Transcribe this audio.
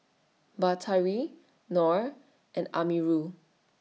Batari Nor and Amirul